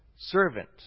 Servant